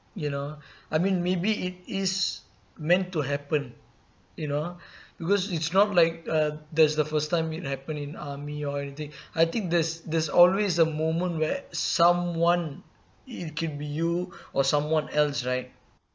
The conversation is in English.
you know I mean maybe it is meant to happen you know because it's not like uh that's the first time it happened in army or anything I think there's there's always a moment where someone it can be you or someone else right